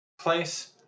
place